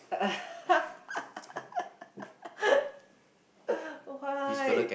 why